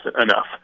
enough